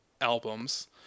albums